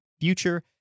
future